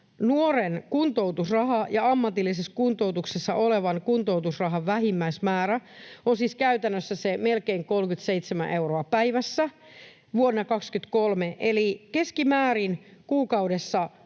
nuoren kuntoutusrahan ja ammatillisessa kuntoutuksessa olevan kuntoutusrahan vähimmäismäärä on siis käytännössä se melkein 37 euroa päivässä vuonna 23, eli keskimäärin kuukaudessa